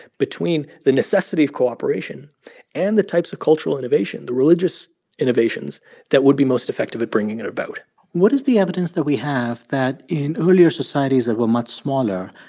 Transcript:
between the necessity of cooperation and the types of cultural innovation, the religious innovations that would be most effective at bringing it about what is the evidence that that we have that in earlier societies that were much smaller,